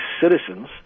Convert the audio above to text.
citizens